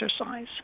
exercise